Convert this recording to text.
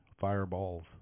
fireballs